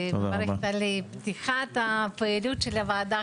אני גם מברכת על פתיחת פעילות הוועדה.